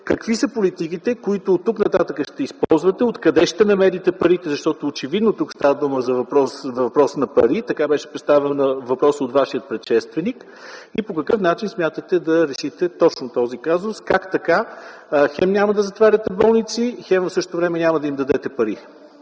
какви са политиките, които оттук нататък ще използвате? Откъде ще намерите парите, защото очевидно тук става дума за пари, така беше поставен въпросът от вашия предшественик, и по какъв начин смятате да решите точно този казус - как така хем няма да затваряте болници, хем в същото време няма да им дадете пари?